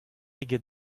eget